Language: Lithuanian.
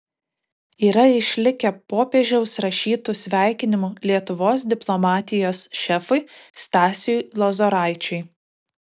yra išlikę popiežiaus rašytų sveikinimų lietuvos diplomatijos šefui stasiui lozoraičiui